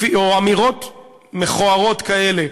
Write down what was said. או אמירות מכוערות כאלה,